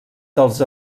dels